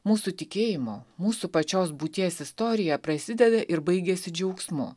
mūsų tikėjimo mūsų pačios būties istorija prasideda ir baigiasi džiaugsmu